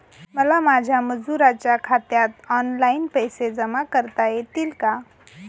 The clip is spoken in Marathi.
मला माझ्या मजुरांच्या खात्यात ऑनलाइन पैसे जमा करता येतील का?